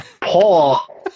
Paul